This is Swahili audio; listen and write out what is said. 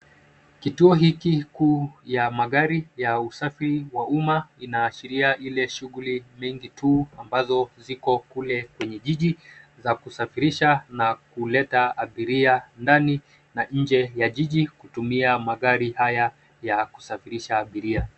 Kituo hiki kuu ya magari ya usafiri wa umma inaashiria ile shughuli mingi tu ambazo ziko kule kwenye jiji za kusafirisha na kuleta abiria ndani na nje ya jiji kutumia magari haya ya kusafirisha abiria.